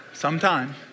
Sometime